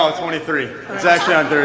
ah twenty three. it's actually